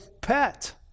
pet